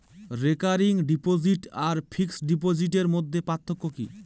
Recurring deposit আর fixed ডিপোজিটের মধ্যে পার্থক্য কি?